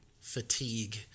fatigue